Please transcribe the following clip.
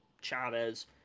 Chavez